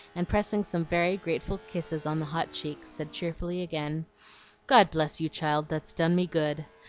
and pressing some very grateful kisses on the hot cheeks, said cheerfully again god bless you, child, that's done me good!